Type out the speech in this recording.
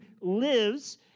lives